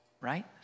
Right